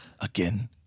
again